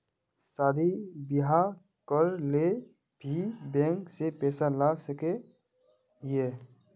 शादी बियाह करे ले भी बैंक से पैसा ला सके हिये?